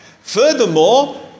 Furthermore